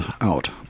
out